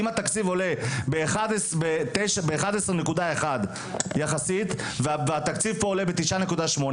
כי אם התקציב עולה ב-11.1 יחסית והתקציב פה עולה ב-9.8,